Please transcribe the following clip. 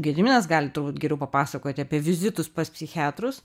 gediminas gali turbūt geriau papasakoti apie vizitus pas psichiatrus